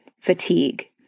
fatigue